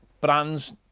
Brands